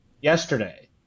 yesterday